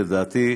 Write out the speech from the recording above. לדעתי,